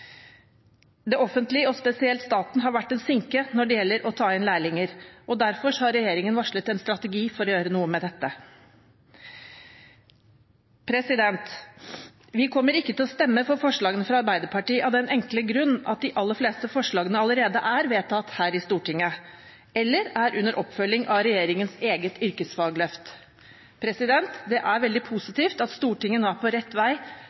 Det offentlige, og spesielt staten, har vært en sinke når det gjelder å ta inn lærlinger, og derfor har regjeringen varslet en strategi for å gjøre noe med dette. Vi kommer ikke til å stemme for forslagene fra Arbeiderpartiet av den enkle grunn at de aller fleste forslagene allerede er vedtatt her i Stortinget eller er under oppfølging av regjeringens eget yrkesfagløft. Det er veldig positivt at Stortinget nå er på rett vei